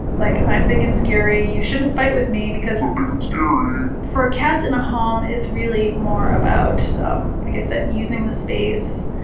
like, i'm big and scary. you shouldn't fight with me because i'm big and scary. um for cats in a home, it's really more about um like ah using the space,